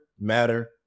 matter